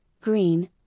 green